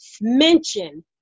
mention